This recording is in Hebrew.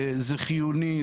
זה חיוני,